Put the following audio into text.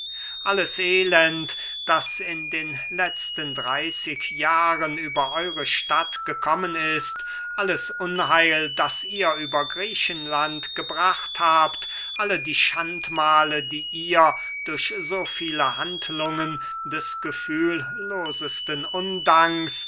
alles elend das in den letzten dreyßig jahren über euere stadt gekommen ist alles unheil das ihr über griechenland gebracht habt alle die schandmahle die ihr durch so viele handlungen des gefühllosesten undanks